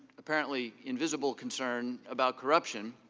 apparently invisible concerns about corruption